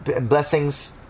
blessings